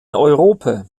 europe